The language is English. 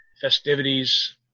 festivities